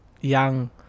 young